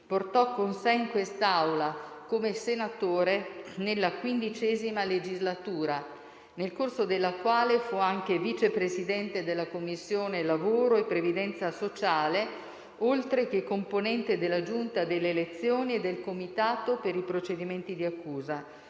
portò con sé in quest'Aula come senatore nella XV legislatura, nel corso della quale fu anche vicepresidente della Commissione lavoro e previdenza sociale, oltre che componente della Giunta delle elezioni e del Comitato per i procedimenti di accusa,